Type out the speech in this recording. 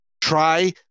try